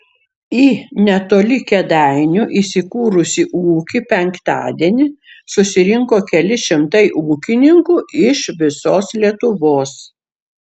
į netoli kėdainių įsikūrusį ūkį penktadienį susirinko keli šimtai ūkininkų iš visos lietuvos